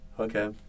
okay